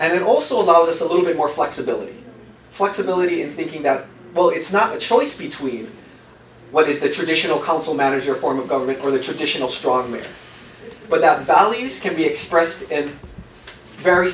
and it also allows us a little bit more flexibility flexibility in thinking that well it's not a choice between what is the traditional council manager form of government or the traditional strong marriage but that values can be expressed in a very